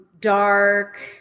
dark